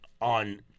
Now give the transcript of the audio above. on